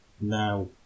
now